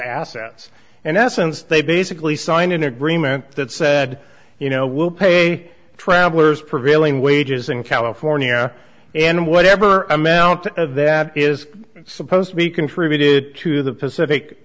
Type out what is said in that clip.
assets and essence they basically signed an agreement that said you know we'll pay traveler's prevailing wages in california and whatever amount of that is supposed to be contributed to the pacific